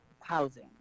housing